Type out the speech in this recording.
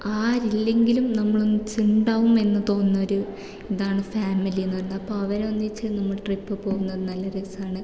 ആരില്ലെങ്കിലും നമ്മളൊന്നിച്ച് ഉണ്ടാകും എന്ന് തോന്നുന്ന ഒരു ഇതാണ് ഫാമിലി എന്ന് പറയുന്നത് അപ്പോൾ അവർ ഒന്നിച്ച് നമ്മൾ ട്രിപ്പ് പോകുന്നത് നല്ല രസമാണ്